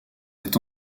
est